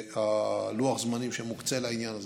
לוח הזמנים שמוקצה לעניין הזה,